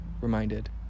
reminded